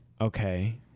Okay